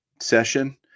session